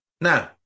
Now